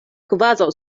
kvazaŭ